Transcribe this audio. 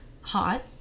hot